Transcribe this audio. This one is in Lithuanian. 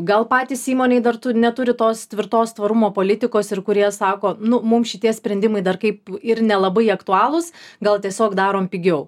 gal patys įmonėj dar tu neturi tos tvirtos tvarumo politikos ir kurie sako nu mums šitie sprendimai dar kaip ir nelabai aktualūs gal tiesiog darom pigiau